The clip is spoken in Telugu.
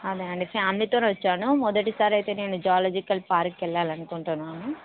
అదే అండి ఫ్యామిలీతో వచ్చాను మొదటిసారి అయితే నేను జువలాజికల్ పార్క్కు వెళ్ళాలి అనుకుంటున్నాను